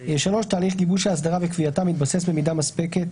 (3) תהליך גיבוש האסדרה וקביעתה מתבסס במידה מספקת